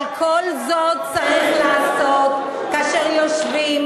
אבל את כל זה צריך לעשות כאשר יושבים